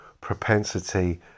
propensity